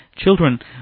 Children